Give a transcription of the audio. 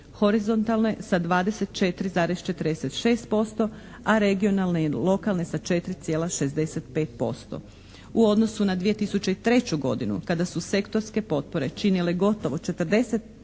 horizontalne sa 24,46% a regionalne ili lokalne sa 4,65%. U odnosu na 2003. godinu kada su sektorske potpore činile gotovo 45%